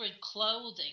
clothing